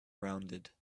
rounded